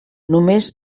només